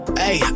hey